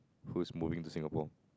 who's moving to Singapore